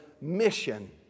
mission